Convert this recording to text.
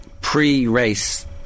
pre-race